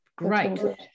Great